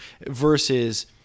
versus